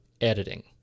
editing